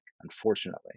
unfortunately